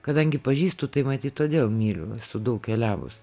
kadangi pažįstu tai matyt todėl myliu esu daug keliavus